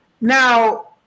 now